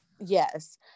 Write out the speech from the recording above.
Yes